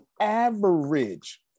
average